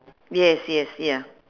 yes yes ya